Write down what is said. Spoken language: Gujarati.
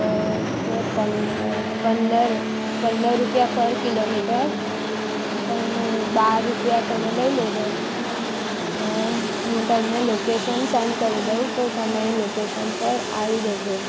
તો એ કે પંદર પંદર રૂપિયા પર કિલોમીટર પણ નહીં બાર રૂપિયા તમે લઈ લેજો ને હું તમને લોકેશન સેન્ડ કરી દઈશ તો તમે એ લોકેશન પર આવી જજો